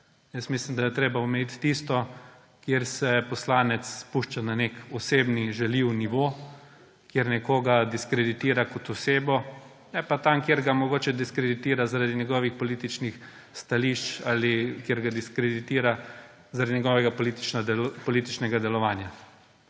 Mislim, da je treba omejiti tisto, kjer se poslanec spušča na nek osebni in žaljiv nivo, kjer nekoga diskreditira kot osebo, ne pa tam, kjer ga mogoče diskreditira zaradi njegovih političnih stališč ali kjer ga diskreditira zaradi njegovega političnega delovanja.